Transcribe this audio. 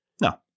No